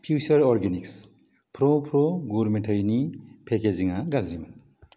फ्युसार organics फ्र फ्र गुर मेथाइनि पेकेजिंआ गाज्रिमोन